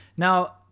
Now